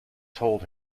told